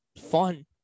fun